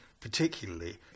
particularly